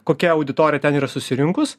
kokia auditorija ten yra susirinkus